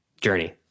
journey